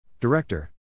Director